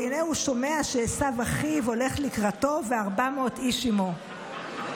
והינה הוא שומע שעשו אחיו הולך לקראתו ו-400 איש עימו.